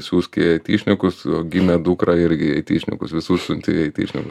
siųsk į aityšnikus gimė dukra irgi į aityšnikus visus siunti į aityšnikus